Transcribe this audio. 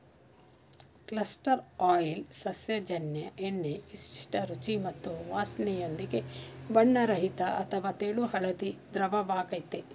castor oil ಸಸ್ಯಜನ್ಯ ಎಣ್ಣೆ ವಿಶಿಷ್ಟ ರುಚಿ ಮತ್ತು ವಾಸ್ನೆಯೊಂದಿಗೆ ಬಣ್ಣರಹಿತ ಅಥವಾ ತೆಳು ಹಳದಿ ದ್ರವವಾಗಯ್ತೆ